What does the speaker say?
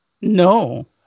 No